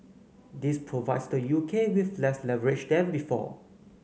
this provides the U K with less leverage than before